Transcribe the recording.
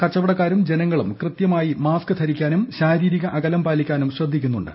കച്ചവടക്കാരും ജനങ്ങളും കൃത്യമായി മാസ്ക് ധരിക്കാനും ശാരീരിക അകലം പാലിക്കാനും ശ്രദ്ധിക്കുന്നുണ്ട്